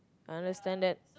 I understand that